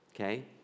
Okay